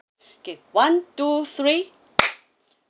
okay one two three